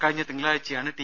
കഴിഞ്ഞ തിങ്കളാഴ്ചയാണ് ടി